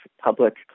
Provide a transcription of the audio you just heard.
public